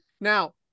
Now